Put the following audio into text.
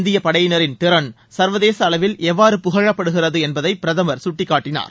இந்திய படையினரின் திறன் சர்வதேச அளவில் எவ்வாறு புகழப்படுகிறது என்பதை பிரதமர் சுட்டிக்காட்டினார்